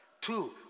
Two